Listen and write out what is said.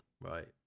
right